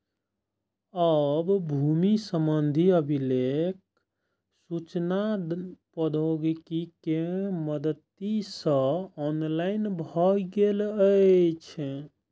आब भूमि संबंधी अभिलेख सूचना प्रौद्योगिकी के मदति सं ऑनलाइन भए गेल छै